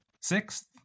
sixth